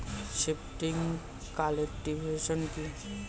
Shifting cultivation কি?